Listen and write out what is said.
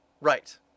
Right